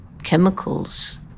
chemicals